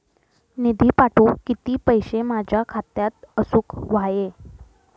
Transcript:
निधी पाठवुक किती पैशे माझ्या खात्यात असुक व्हाये?